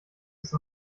ist